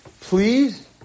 Please